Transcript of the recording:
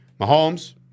Mahomes